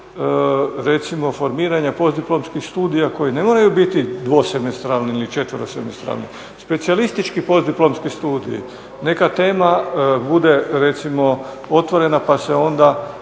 recimo formiranja postdiplomskih studija koji ne moraju biti … ili …, specijalistički postdiplomski studiji, neka tema bude recimo otvorena pa se onda